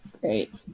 Great